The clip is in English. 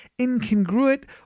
incongruent